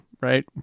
right